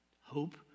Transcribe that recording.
hope